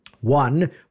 One